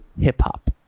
hip-hop